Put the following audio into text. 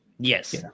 Yes